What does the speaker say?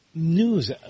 News